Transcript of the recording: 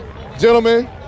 Gentlemen